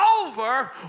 over